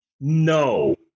no